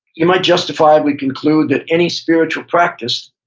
you might justify we conclude that any spiritual practice,